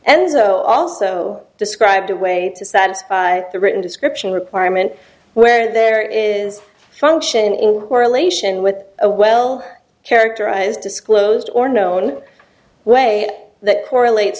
so also described a way to satisfy the written description requirement where there is function in correlation with a well characterized disclosed or known way that correlates